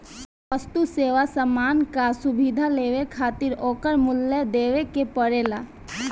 वस्तु, सेवा, सामान कअ सुविधा लेवे खातिर ओकर मूल्य देवे के पड़ेला